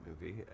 movie